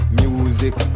music